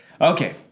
Okay